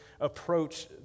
approach